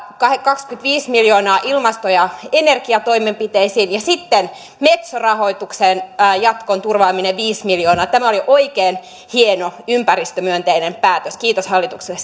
kaksikymmentäviisi miljoonaa ilmasto ja energiatoimenpiteisiin ja sitten metso rahoituksen jatkon turvaaminen viisi miljoonaa tämä oli oikein hieno ympäristömyönteinen päätös kiitos hallitukselle